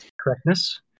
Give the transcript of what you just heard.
correctness